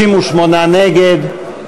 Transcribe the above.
58 נגד,